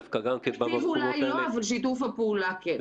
התקציב אולי לא, אבל שיתוף הפעולה חקוק בסלע.